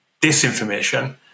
Disinformation